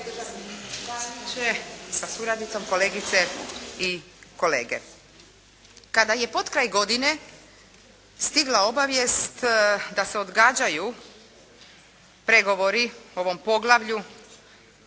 sa suradnicom, kolegice i kolege. Kada je potkraj godine stigla obavijest da se odgađaju pregovori o ovom poglavlju